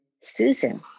Susan